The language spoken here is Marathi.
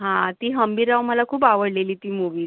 हां ती हंबीरराव मला खूप आवडलेली ती मूव्ही